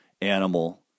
animal